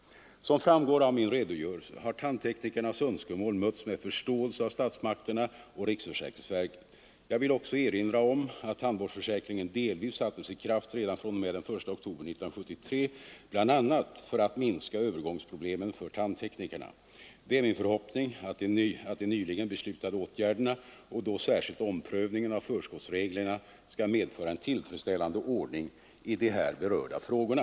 Som framgår av min redogörelse har tandteknikernas önskemål mötts med förståelse av statsmakterna och riksförsäkringsverket. Jag vill också erinra om att tandvårdsförsäkringen delvis sattes i kraft redan fr.o.m. den 1 oktober 1973 bl.a. för att minska övergångsproblemen för tandteknikerna. Det är min förhoppning att de nyligen beslutade åtgärderna och då särskilt omprövningen av förskottsreglerna skall medföra en tillfredsställande ordning i de här berörda frågorna.